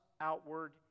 outward